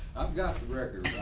i've got record.